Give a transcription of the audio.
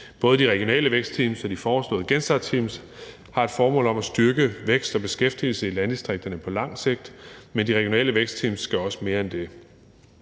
Både de regionale vækstteams og det foreslåede genstartsteam har til formål at styrke vækst og beskæftigelse i landdistrikterne på lang sigt, men de regionale vækstteams skal også mere end det.